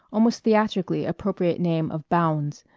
almost theatrically, appropriate name of bounds,